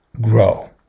grow